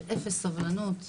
באפס סבלנות,